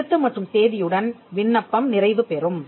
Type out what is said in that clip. கையெழுத்து மற்றும் தேதியுடன் விண்ணப்பம் நிறைவுபெறும்